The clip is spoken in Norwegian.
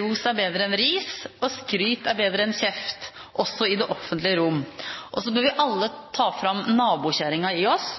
Ros er bedre enn ris. Skryt er bedre enn kjeft, også i det offentlige rom. Og så bør vi alle ta fram nabokjerringa i oss